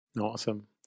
Awesome